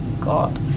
God